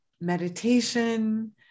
meditation